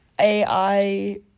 AI